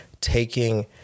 taking